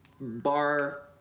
bar